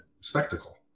spectacle